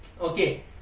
Okay